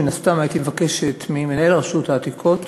הייתי מבקשת ממנהל רשות העתיקות,